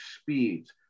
speeds